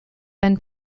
been